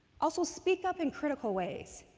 also speak up in critical ways.